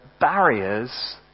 barriers